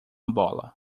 bola